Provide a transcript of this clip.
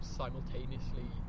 simultaneously